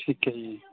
ਠੀਕ ਹੈ ਜੀ